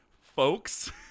folks